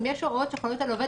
אם יש הוראות שחלות על העובד,